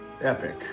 epic